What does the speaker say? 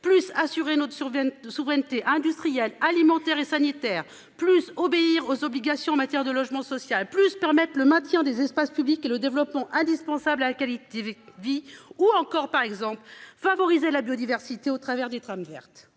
plus assurer notre survie de souveraineté industrielle alimentaire et sanitaire plus obéir aux obligations en matière de logement social plus permettent le maintien des espaces publics et le développement indispensable à la qualité de vie ou encore par exemple favoriser la biodiversité au travers des trames vertes.